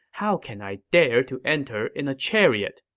how can i dare to enter in a chariot?